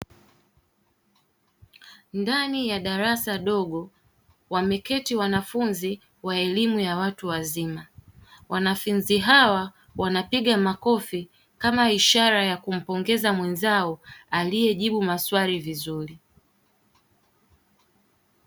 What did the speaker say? Ndani ya darasa dogo wameketi wanafunzi waelimu ya watu wazima wanafunzi hawa wanapiga makofi kama ishara ya kumpongeza mwezao aliye jibu maswali vizuri.